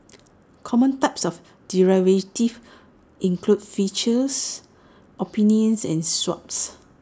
common types of derivatives include futures options and swaps